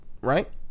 right